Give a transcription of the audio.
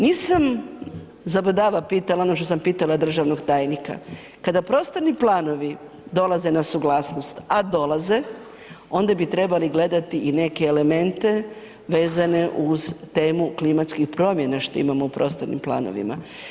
Nisam zabadava pitala ono što sam pitala državnog tajnika, kada prostorni planovi dolaze na suglasnost, a dolaze, onda bi trebali gledati i neke elemente vezane uz temu klimatskih promjena što imamo u prostornim planovima.